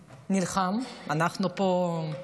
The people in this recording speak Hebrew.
נלחם, אנחנו פה,